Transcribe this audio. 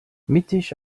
mittig